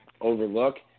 overlook